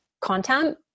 content